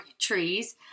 trees